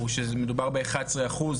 הוא שמדובר ב-11 אחוז,